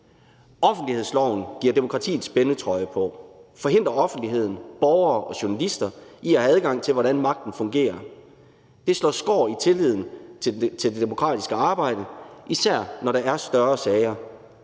Offentlighedsloven giver demokratiet spændetrøje på og forhindrer offentligheden, borgere og journalister i at have adgang til at se, hvordan magten fungerer. Det slår skår i tilliden til det demokratiske arbejde, især når der er større sager.